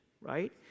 right